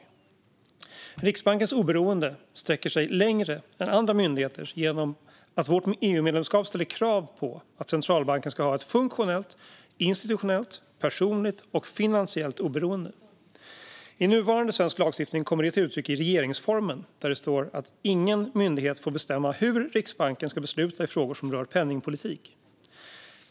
Riksbankens oberoende sträcker sig längre än andra myndigheters genom att vårt EU-medlemskap ställer krav på att centralbanken ska ha ett funktionellt, institutionellt, personligt och finansiellt oberoende. I nuvarande svensk lagstiftning kommer detta till uttryck i regeringsformen, där det står: "Ingen myndighet får bestämma hur Riksbanken ska besluta i frågor som rör penningpolitik."